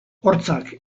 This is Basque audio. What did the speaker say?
hortzak